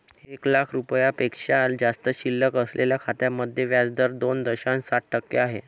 एक लाख रुपयांपेक्षा जास्त शिल्लक असलेल्या खात्यांमध्ये व्याज दर दोन दशांश सात टक्के आहे